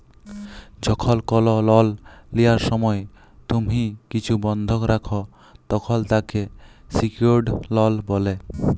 যখল কল লল লিয়ার সময় তুম্হি কিছু বল্ধক রাখ, তখল তাকে সিকিউরড লল ব্যলে